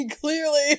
Clearly